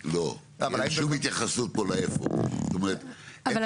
רגע, לא אין שום התייחסות פה לאיפה.